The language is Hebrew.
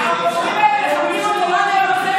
זה פשוט חמור.